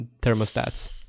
thermostats